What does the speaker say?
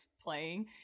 playing